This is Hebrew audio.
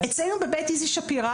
אצלנו בבית איזי שפירא,